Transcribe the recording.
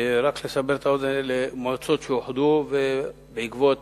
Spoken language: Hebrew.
רק לסבר את האוזן, אלה מועצות שאוחדו, ובעקבות